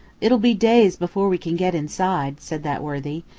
it'll be days before we can get inside, said that worthy,